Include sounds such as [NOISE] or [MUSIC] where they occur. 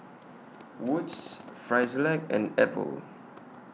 [NOISE] Wood's Frisolac and Apple [NOISE]